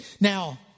Now